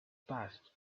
passed